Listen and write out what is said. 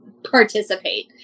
participate